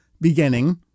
beginning